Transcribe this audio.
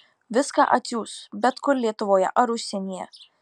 viską atsiųs bet kur lietuvoje ar užsienyje